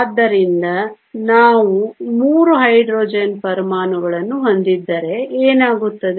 ಆದ್ದರಿಂದ ನಾವು 3 ಹೈಡ್ರೋಜನ್ ಪರಮಾಣುಗಳನ್ನು ಹೊಂದಿದ್ದರೆ ಏನಾಗುತ್ತದೆ